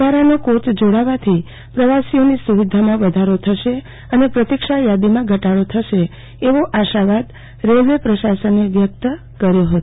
વધારાનો કોચ જોડાવાથી પ્રવાસીઓની સુવિધામાં વધારો થશે અને પ્રતિક્ષાયદીમાં ઘટાડો થશે એવો આશાવાદ રેલ્વે પ્રશાસને વ્યક્ત કર્યો હતો